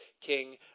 king